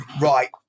right